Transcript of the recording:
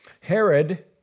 Herod